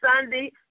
Sunday